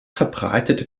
verbreitete